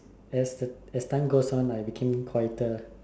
as the as time goes on I became quieter